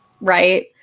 Right